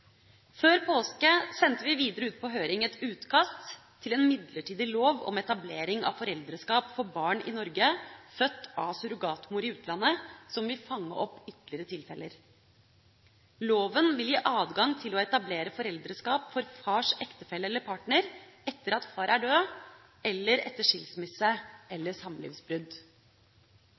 Før påske sendte vi videre ut på høring et utkast til en midlertidig lov om etablering av foreldreskap for barn i Norge født av surrogatmor i utlandet, som vil fange opp ytterligere tilfeller. Loven vil gi adgang til å etablere foreldreskap for fars ektefelle eller partner etter at far er død, eller etter skilsmisse eller samlivsbrudd.